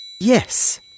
Yes